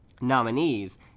nominees